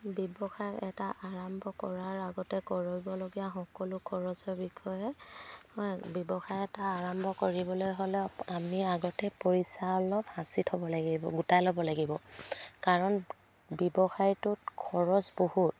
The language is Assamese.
ব্যৱসায় এটা আৰম্ভ কৰাৰ আগতে কৰিবলগীয়া সকলো খৰচৰ বিষয়ে হয় ব্যৱসায় এটা আৰম্ভ কৰিবলৈ হ'লে আমি আগতে পইচা অলপ সাঁচি থ'ব লাগিব গোটাই ল'ব লাগিব কাৰণ ব্যৱসায়টোত খৰচ বহুত